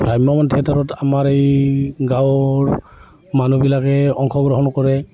ভ্ৰাম্যমান থিয়েটাৰত আমাৰ এই গাঁৱৰ মানুহবিলাকে অংশগ্ৰহণ কৰে